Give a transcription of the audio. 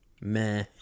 Meh